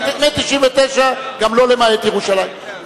מ-1999 גם לא למעט ירושלים.